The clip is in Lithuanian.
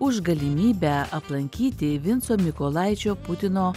už galimybę aplankyti vinco mykolaičio putino